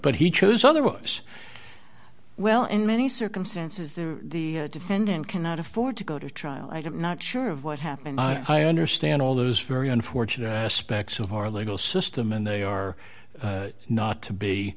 but he chose otherwise well in many circumstances that the defendant cannot afford to go to trial i did not sure of what happened i understand all those very unfortunate aspects of our legal system and they are not to be